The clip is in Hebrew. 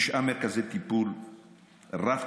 תשעה מרכזי טיפול רב-תחומיים,